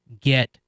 get